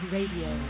Radio